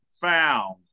found